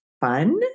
fun